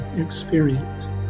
experience